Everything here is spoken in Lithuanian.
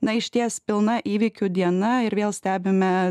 na išties pilna įvykių diena ir vėl stebime